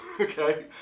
okay